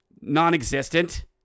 non-existent